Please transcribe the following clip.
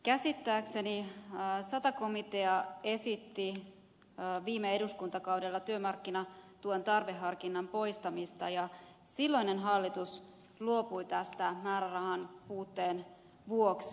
käsittääkseni sata komitea esitti viime eduskuntakaudella työmarkkinatuen tarveharkinnan poistamista ja silloinen hallitus luopui tästä määrärahan puutteen vuoksi